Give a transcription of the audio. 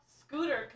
scooter